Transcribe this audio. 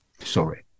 Sorry